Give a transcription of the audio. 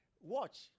Watch